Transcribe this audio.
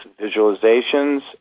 visualizations